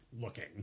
looking